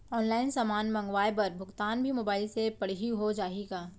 Online समान मंगवाय बर भुगतान भी मोबाइल से पड़ही हो जाही का?